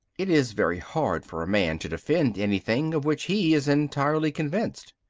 it is very hard for a man to defend anything of which he is entirely convinced.